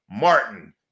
martin